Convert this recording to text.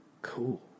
Cool